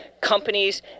companies